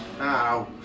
Ow